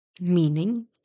Meaning